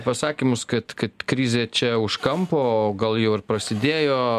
pasakymus kad kad krizė čia už kampo o gal jau ir prasidėjo